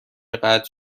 قطع